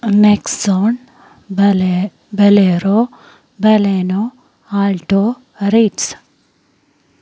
Nexon ബലേ Bolero Baleno Alto Ritz